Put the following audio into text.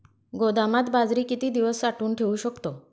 गोदामात बाजरी किती दिवस साठवून ठेवू शकतो?